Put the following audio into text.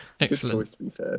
Excellent